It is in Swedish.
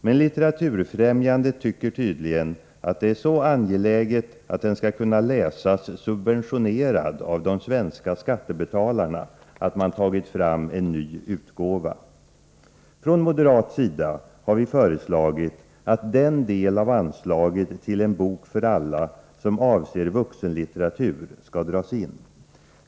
Men Litteraturfrämjandet tycker tydligen att det är så angeläget att den skall kunna läsas subventionerad av de svenska skattebetalarna att man tagit fram en ny utgåva. Från moderat sida har vi föreslagit att den del av anslaget till En bok för alla som avser vuxenlitteratur skall dras in.